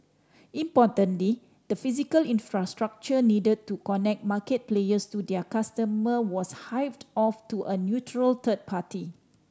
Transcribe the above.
importantly the physical infrastructure need to connect market players to their customer was hived off to a neutral third party